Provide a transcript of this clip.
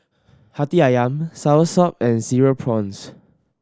Hati Ayam Soursop and Cereal Prawns